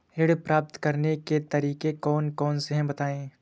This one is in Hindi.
ऋण प्राप्त करने के तरीके कौन कौन से हैं बताएँ?